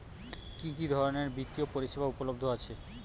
কি কি ধরনের বৃত্তিয় পরিসেবা উপলব্ধ আছে?